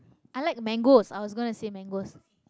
I like mangoes I was gonna say mangoes